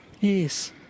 Yes